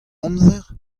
amzer